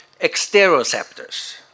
Exteroceptors